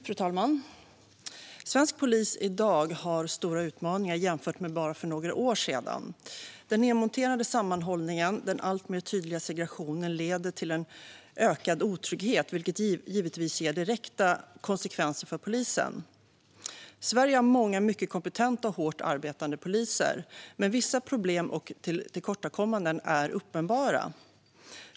Fru talman! Svensk polis har i dag stora utmaningar jämfört med bara för några år sedan. Den nedmonterade sammanhållningen och den alltmer tydliga segregationen leder till en ökad otrygghet, vilket givetvis ger direkta konsekvenser för polisen. Sverige har många mycket kompetenta och hårt arbetande poliser, men vissa problem och tillkortakommanden är uppenbara.